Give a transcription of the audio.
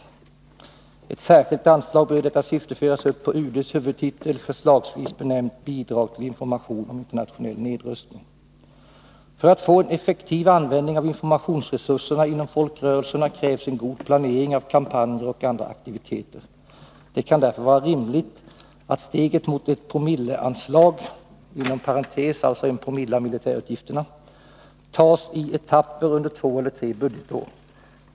Ett särskilt anslag bör i detta syfte föras upp på UD:s huvudtitel, förslagsvis benämnt Bidrag till information om internationell nedrustning. För att få en effektiv användning av informationsresurserna inom folkrörelserna krävs en god planering av kampanjer och andra aktiviteter. Det kan därför vara rimligt att steget mot ett promilleanslag”-— alltså en promille av militärutgifterna -”tas i etapper under två eller tre budgetår.